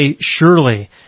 surely